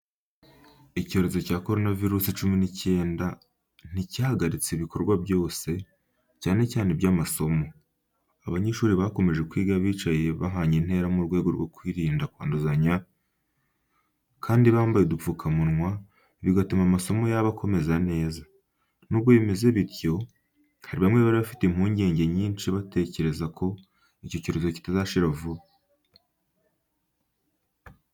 Icyorezo cya Corona virusi cumi n'icyenda nticyahagaritse ibikorwa byose, cyane cyane iby’amasomo. Abanyeshuri bakomeje kwiga bicaye bahanye intera mu rwego rwo kwirinda kwanduzanya, kandi bambaye udupfukamunwa, bigatuma amasomo yabo akomeza neza. Nubwo bimeze bityo, hari bamwe bari bafite impungenge nyinshi, batekereza ko icyorezo kitazashira vuba.